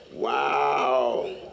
Wow